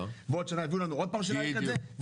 ובעוד שנה יביאו לנו עוד פעם בקשה שנאריך את זה?